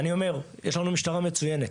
יש לנו משטרה מצוינת,